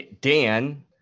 Dan